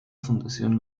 fundación